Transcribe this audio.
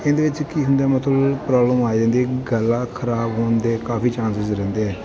ਇਹਦੇ ਵਿੱਚ ਕੀ ਹੁੰਦਾ ਮਤਲਬ ਪ੍ਰੋਬਲਮ ਆ ਜਾਂਦੀ ਗਲਾ ਖ਼ਰਾਬ ਹੋਣ ਦੇ ਕਾਫੀ ਚਾਂਸਸਿਸ ਰਹਿੰਦੇ ਹੈ